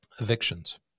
evictions